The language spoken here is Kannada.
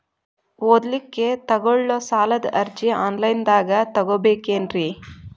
ಓದಲಿಕ್ಕೆ ತಗೊಳ್ಳೋ ಸಾಲದ ಅರ್ಜಿ ಆನ್ಲೈನ್ದಾಗ ತಗೊಬೇಕೇನ್ರಿ?